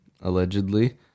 allegedly